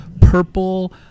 purple